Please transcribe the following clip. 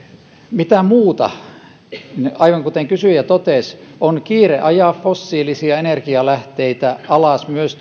mitä muuta aivan kuten kysyjä totesi on kiire ajaa fossiilisia energianlähteitä alas myös